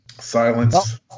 Silence